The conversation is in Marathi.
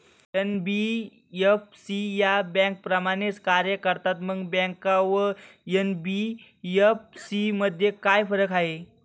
एन.बी.एफ.सी या बँकांप्रमाणेच कार्य करतात, मग बँका व एन.बी.एफ.सी मध्ये काय फरक आहे?